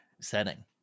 setting